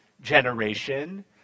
generation